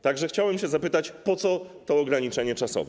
Tak że chciałbym się zapytać: Po co to ograniczenie czasowe?